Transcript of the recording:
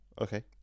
okay